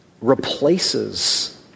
replaces